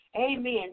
Amen